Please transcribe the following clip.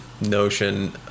notion